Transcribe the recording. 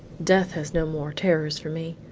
death has no more terrors for me.